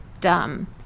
dumb